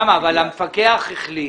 אבל המפקח החליט